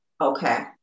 Okay